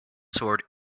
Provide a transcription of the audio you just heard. sword